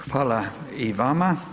Hvala i vama.